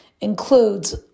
includes